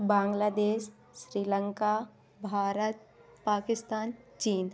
बांग्लादेश श्रीलंका भारत पाकिस्तान चीन